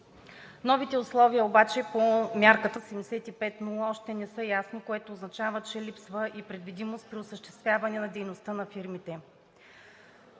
Новите условия обаче по мярката 75/0 още не са ясни, което означава, че липсва и предвидимост при осъществяване на дейността на фирмите.